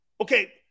Okay